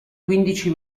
quindici